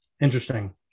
Interesting